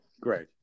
great